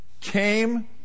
came